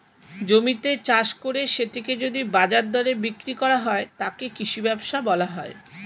জমিতে চাষ করে সেটিকে যদি বাজার দরে বিক্রি করা হয়, তাকে কৃষি ব্যবসা বলা হয়